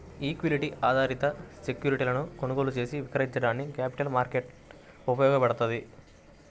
equity ఆధారిత సెక్యూరిటీలను కొనుగోలు చేసి విక్రయించడానికి క్యాపిటల్ మార్కెట్ ఉపయోగపడ్తది